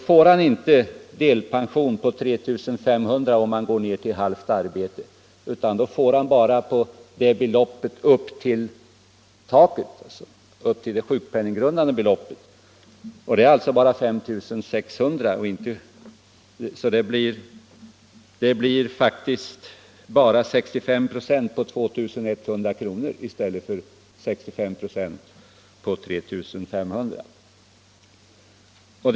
i månaden — inte får delpension på 3 500 kr. om han går ned till halvtidsarbete utan bara på det sjukpenninggrundande beloppet, 2 100 kr. Det blir faktiskt bara 65 96 på 2100 kr. i stället för på 3 500 kr.